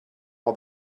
all